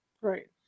Right